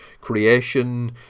creation